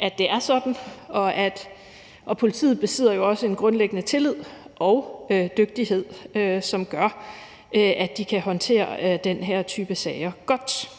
at det er sådan, og politiet besidder også en grundlæggende tillid og dygtighed, som gør, at de kan håndtere den her type sager godt.